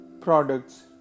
products